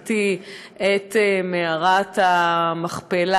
החתי את מערת המכפלה.